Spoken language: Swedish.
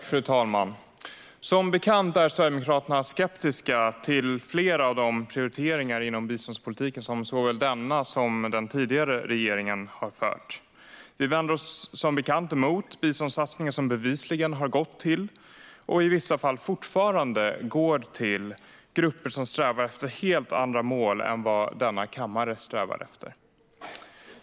Fru talman! Som bekant är Sverigedemokraterna skeptiska till flera av de prioriteringar inom biståndspolitiken som såväl denna som den tidigare regeringen har gjort. Vi vänder oss emot biståndssatsningar som bevisligen har gått till - och i vissa fall fortfarande går till - grupper som strävar efter helt andra mål än vad denna kammare strävar efter.